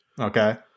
Okay